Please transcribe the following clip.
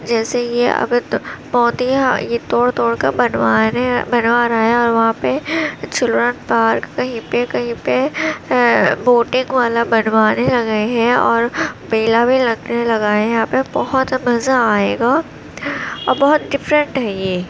جیسے یہ ابھی تو بہت ہی یہ توڑ توڑ کر بنوائے گئے بنوا رہے ہیں اور وہاں پہ چلڈرین پارک کہیں پہ کہیں پہ بوٹک والا بنوانے لگے ہیں اور میلا بھی لگنے لگا ہے یہاں پہ بہت مزہ آئے گا اور بہت ڈفرینٹ ہے یہ